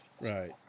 Right